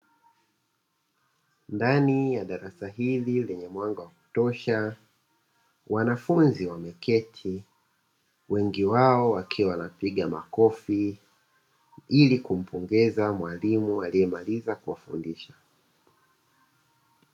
Ndani ya darasa hili lenye mwanga wa kutosha wanafunzi wameketi, wengi wao wakiwa wanapiga makofi ili kumpongeza mwalimu aliyemaliza kuwafundisha.